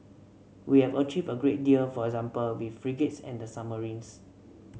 we have achieved a great deal for example with frigates and the submarines